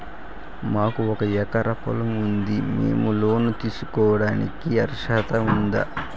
మాకు ఒక ఎకరా పొలం ఉంది మేము లోను తీసుకోడానికి అర్హత ఉందా